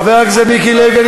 חבר הכנסת מיקי לוי,